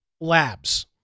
Labs